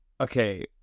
Okay